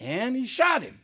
and he shot him